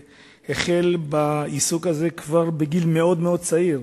והחל בעיסוק הזה כבר בגיל מאוד מאוד צעיר.